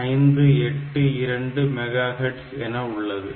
0582 megahertz என உள்ளது